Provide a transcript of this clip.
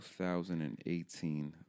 2018